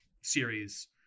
Series